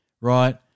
right